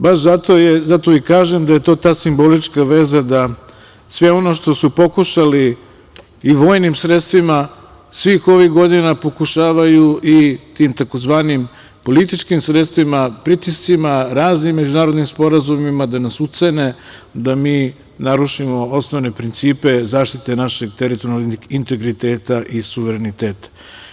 Baš zato i kažem da je to ta simbolička veza da sve ono što su pokušali i vojnim sredstvima, svih ovih godina pokušavaju i tim tzv. „političkim sredstvima“, pritiscima, raznim međunarodnim sporazumima da nas ucene da mi narušimo osnovne principe zaštite našeg teritorijalnog integriteta i suvereniteta.